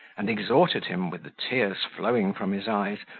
and exhorted him, with the tears flowing from his eyes,